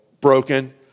broken